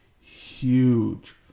huge